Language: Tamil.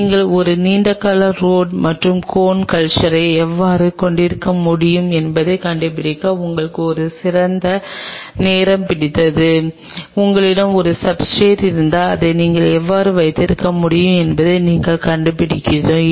நீங்கள் ஒரு நீண்டகால ரோட் மற்றும் கோன் கல்ச்சரை எவ்வாறு கொண்டிருக்க முடியும் என்பதைக் கண்டுபிடிக்க எங்களுக்கு சிறிது நேரம் பிடித்தது உங்களிடம் ஒரு சப்ஸ்ர்டேட் இருந்தால் அதை நீங்கள் வைத்திருக்க முடியும் என்பதை நாங்கள் கண்டுபிடிக்கிறோம்